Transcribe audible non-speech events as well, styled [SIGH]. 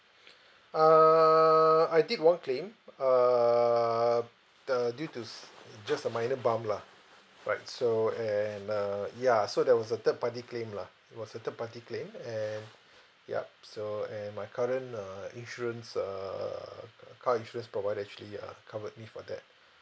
[BREATH] err I did one claim uh err uh due to s~ just a minor bump lah right so and uh ya so there was a third party claim lah it was a third party claim and [BREATH] ya so and my current uh insurance err uh car insurance provider actually uh covered me for that [BREATH]